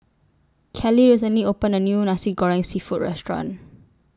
Callie recently opened A New Nasi Goreng Seafood Restaurant